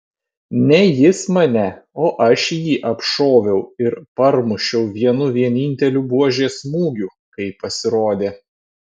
ne jis mane o aš jį apšoviau ir parmušiau vienu vieninteliu buožės smūgiu kai pasirodė